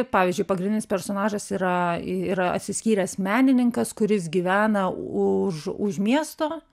pavyzdžiui pagrindinis personažas yra yra atsiskyręs menininkas kuris gyvena už už miesto